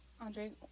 Andre